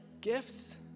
gifts